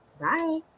Bye